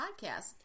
podcast